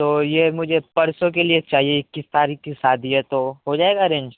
تو یہ مجھے پرسوں کے لیے چاہیے اکیس تاریخ کی شادی ہے تو ہو جائے گا ارینج